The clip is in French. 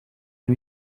lui